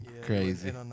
Crazy